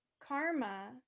karma